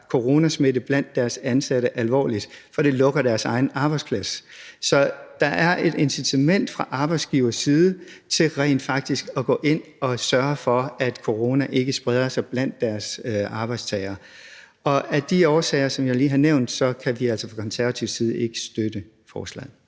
coronasmitten blandt deres ansatte alvorligt, for det lukker deres egen arbejdsplads. Så der er et incitament fra arbejdsgiverens side til rent faktisk at gå ind at sørge for, at corona ikke spreder sig blandt deres arbejdstagere. Af de årsager, som jeg lige har nævnt, kan vi fra Konservatives side ikke støtte forslaget.